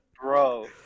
Bro